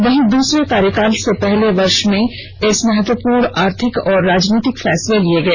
वहीं दूसरे कार्यकाल के पहले वर्ष में कई महत्वपूर्ण आर्थिक और राजनीतिक फैसले लिए गए